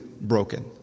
broken